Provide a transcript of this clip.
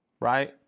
right